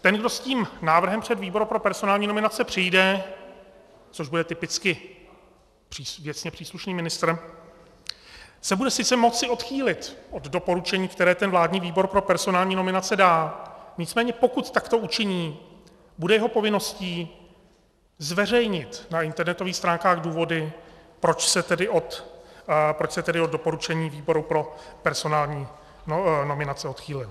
Ten, kdo s tím návrhem před výbor pro personální nominace přijde, což bude typicky věcně příslušný ministr, se bude sice moci odchýlit od doporučení, které ten vládní výbor pro personální nominace dá, nicméně pokud takto učiní, bude jeho povinností zveřejnit na internetových stránkách důvody, proč se od doporučení výboru pro personální nominace odchýlil.